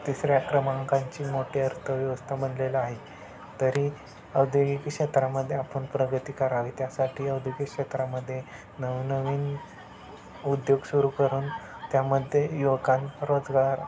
तिसऱ्या क्रमांकांची मोठी अर्थव्यवस्था बनलेला आहे तरी औद्योगिकी क्षेत्रामध्ये आपन प्रगती करावी त्यासाठी औद्योगिक क्षेत्रामध्ये नवनवीन उद्योग सुरू करून त्यामध्ये युवकाना रोजगार